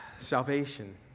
Salvation